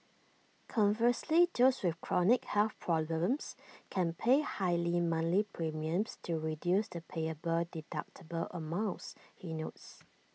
conversely those with chronic health problems can pay higher monthly premiums to reduce the payable deductible amounts he notes